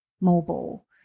mobile